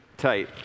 tight